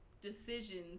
decisions